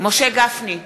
משה גפני,